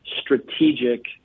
strategic